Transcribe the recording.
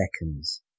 seconds